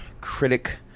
critic